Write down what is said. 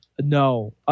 No